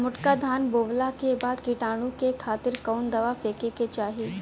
मोटका धान बोवला के बाद कीटाणु के खातिर कवन दावा फेके के चाही?